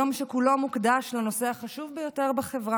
יום שכולו מוקדש לנושא החשוב ביותר בחברה,